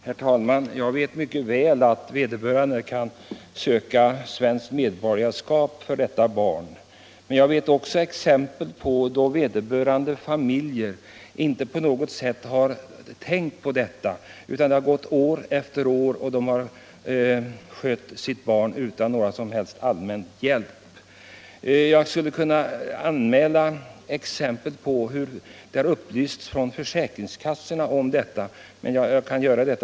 Herr talman! De frågor herr Persson i Heden nu tar upp är andra än de som ursprungligen ställdes. Jag kan dock inte förstå att det skulle behöva vara sådana väntetider som herr Persson nämner. Redan i dag finns det ju stora möjligheter vill att självständigt naturalisera barnet, och med det förslag som nu ligger på riksdagens bord bör de bli än större. Därmed bör de problem som herr Persson tar upp i huvudsak kunna lösas. Nr 95 Den andra frågan däremot, som alltså jag har svarat på och som herr Torsdagen den Perssons skriftliga fråga gällde, innehåller många komplikationer. Men I april 1976 att behöva vänta i så många år, som herr Persson nämner, det skall So med nuvarande regler inte vara nödvändigt.